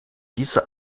diese